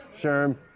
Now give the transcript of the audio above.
Sherm